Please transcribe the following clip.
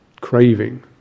craving